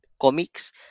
comics